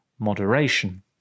Moderation